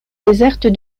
déserte